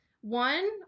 One